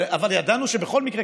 אבל ידענו שבכל מקרה,